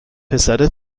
پسر